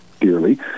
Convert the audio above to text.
dearly